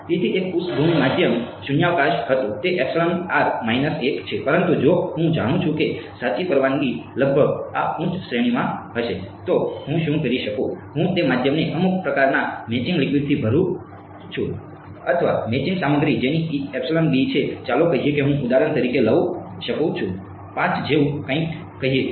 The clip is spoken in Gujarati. તેથી એક પૃષ્ઠભૂમિ માધ્યમ શૂન્યાવકાશ હતું તે છે પરંતુ જો હું જાણું છું કે સાચી પરવાનગી લગભગ આ ઉચ્ચ શ્રેણીમાં હશે તો હું શું કરી શકું છું હું તે માધ્યમને અમુક પ્રકારના મેચિંગ લિક્વિડથી ભરી શકું છું અથવા મેચિંગ સામગ્રી જેની છે ચાલો કહીએ કે હું ઉદાહરણ તરીકે લઈ શકું છું 5 જેવું કંઈક કહીએ